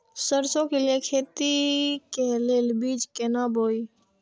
सरसों के लिए खेती के लेल बीज केना बोई?